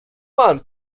one